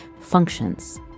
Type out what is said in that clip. functions